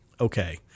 Okay